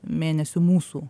mėnesių mūsų